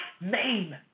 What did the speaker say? name